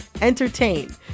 entertain